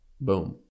Boom